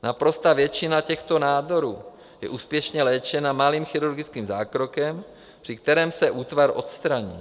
Naprostá většina těchto nádorů je úspěšně léčena malým chirurgickým zákrokem, při kterém se útvar odstraní.